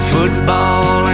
Football